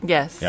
Yes